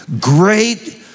Great